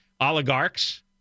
oligarchs